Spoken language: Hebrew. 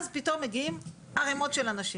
אז פתאום מגיעים הרבה אנשים.